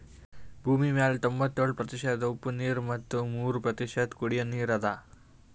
ಭೂಮಿಮ್ಯಾಲ್ ತೊಂಬತ್ಯೋಳು ಪ್ರತಿಷತ್ ಉಪ್ಪ್ ನೀರ್ ಮತ್ ಮೂರ್ ಪ್ರತಿಷತ್ ಕುಡಿಯೋ ನೀರ್ ಅದಾ